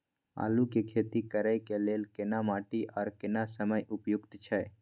आलू के खेती करय के लेल केना माटी आर केना समय उपयुक्त छैय?